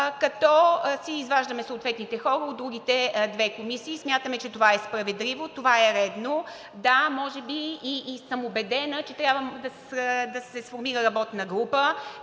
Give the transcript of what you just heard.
като си изваждаме съответните хора от другите две комисии. Смятаме, че това е справедливо, това е редно. Да, може би и съм убедена, че трябва да се сформира работна група.